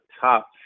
top